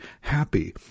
happy